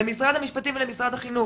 למשרד המשפטים ולמשרד החינוך,